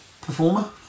performer